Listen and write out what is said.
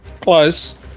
Close